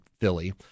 Philly